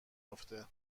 افته